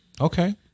Okay